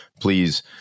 please